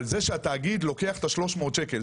על זה שהתאגיד לוקח את ה-300 שקלים.